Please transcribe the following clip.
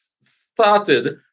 started